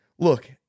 Look